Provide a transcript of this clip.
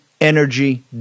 energy